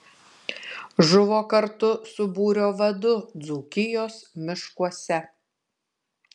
žuvo kartu su būrio vadu dzūkijos miškuose